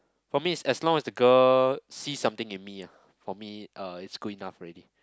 for me is as long as the girl see something in me ah for me uh is good enough already